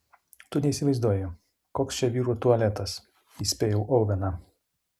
tu neįsivaizduoji koks čia vyrų tualetas įspėjau oveną